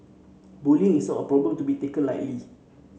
bullying is not a problem to be taken lightly